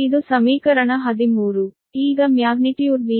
ಈಗ magnitude V